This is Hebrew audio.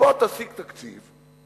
בוא תשיג תקציב,